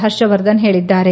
ಹರ್ಷವರ್ಧನ್ ಹೇಳಿದ್ದಾರೆ